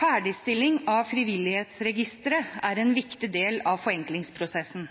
Ferdigstilling av frivillighetsregisteret er en viktig del av forenklingsprosessen.